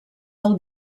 del